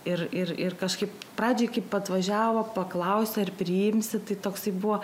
ir ir ir kažkaip pradžiai kaip atvažiavo paklausė ar priimsi tai toksai buvo